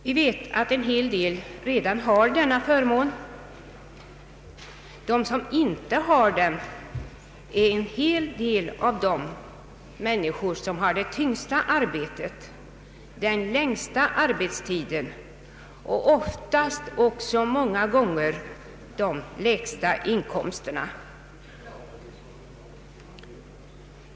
Vi vet att en hel del redan har denna förmån. Av dem som inte fått den har många det tyngsta arbetet, den längsta arbetstiden och oftast också de lägsta inkomsterna.